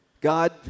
God